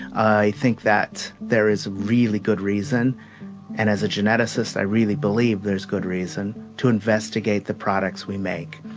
i think that there is a really good reason and as a geneticist, i really believe there's good reason to investigate the products we make.